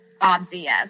obvious